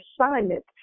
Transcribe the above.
assignment